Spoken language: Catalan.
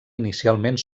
inicialment